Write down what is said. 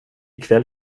kväll